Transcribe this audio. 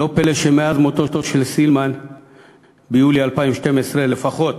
לא פלא שמאז מותו של סילמן ביולי 2012 לפחות